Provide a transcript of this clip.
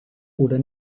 oder